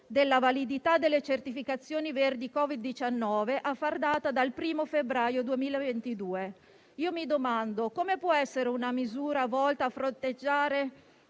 della validità delle certificazioni verdi Covid-19 a far data dal 1° febbraio 2022. Mi domando: come può essere volta a fronteggiare